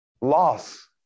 loss